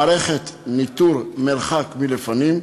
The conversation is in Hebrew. מערכת ניטור מרחק מלפנים,